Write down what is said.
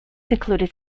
included